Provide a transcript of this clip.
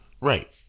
Right